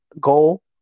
goal